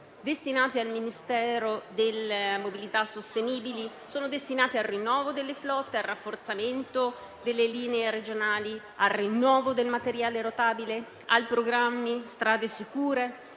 destinati al Ministero delle infrastrutture e mobilità sostenibili per il rinnovo delle flotte, il rafforzamento delle linee regionali, il rinnovo del materiale rotabile, il programma Strade sicure,